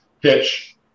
pitch